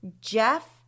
Jeff